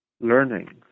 learning